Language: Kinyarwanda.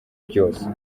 byose